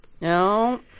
No